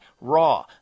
raw